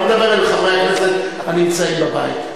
אני מדבר אל חברי הכנסת הנמצאים בבית.